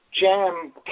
jam